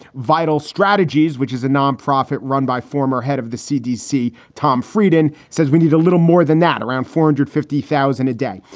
vital strategies, which is a nonprofit run by former head of the cdc, tom frieden, says we need a little more than that, around four hundred and fifty thousand a day.